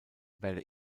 werde